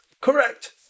Correct